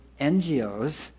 NGOs